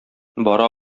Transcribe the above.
бара